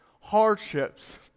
hardships